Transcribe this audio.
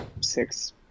six